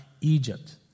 Egypt